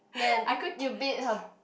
then you beat her